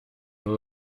nur